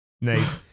Nice